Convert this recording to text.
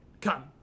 Come